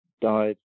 died